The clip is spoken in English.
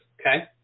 Okay